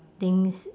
things